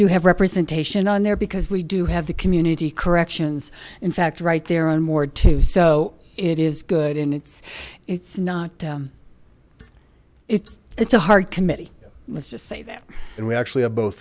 do have representation on there because we do have the community corrections in fact right there on board too so it is good and it's it's not um it's it's a hard committee let's just say that and we actually have both